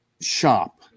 shop